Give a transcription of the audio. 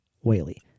Whaley